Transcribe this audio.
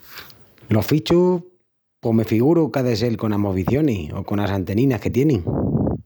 Los bichus pos me figuru qu’á de sel conas movicionis o conas anteninas que tienin.